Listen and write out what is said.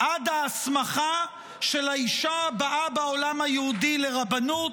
עד ההסמכה של האישה הבאה בעולם היהודי לרבנות,